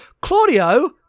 Claudio